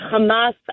Hamas